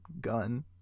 gun